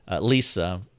Lisa